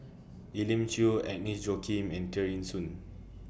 Elim Chew Agnes Joaquim and Tear Ee Soon